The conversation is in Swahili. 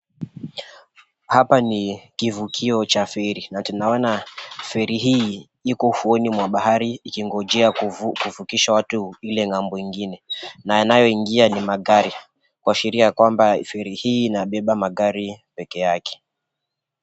Hapa ni kivukio cha feri, na tunaona feri hii iko ufuoni mwa bahari ikingonjea kuvukisha watu ile ng'ambo ingine, na yanayoingia ni magari kuashiria ya kwamba feri hi inabeba magari pekeyake.